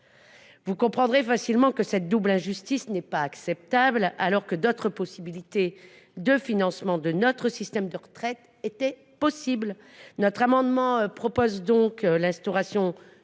Vous comprendrez facilement que cette double injustice n’est pas acceptable, alors que d’autres possibilités de financement de notre système de retraite étaient possibles. Nous proposons ainsi l’instauration